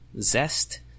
Zest